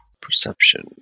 Perception